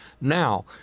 now